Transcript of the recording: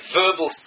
verbal